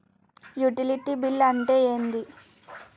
Utility bill అంటే ఏంటిది?